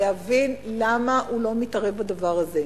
להבין למה הוא לא מתערב בדבר הזה.